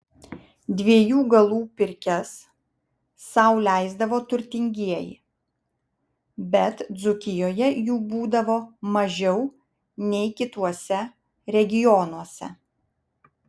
dviejų galų pirkias sau leisdavo turtingieji bet dzūkijoje jų būdavo mažiau nei kituose regionuose